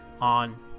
on